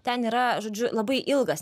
ten yra žodžiu labai ilgas